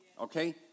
Okay